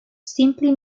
simply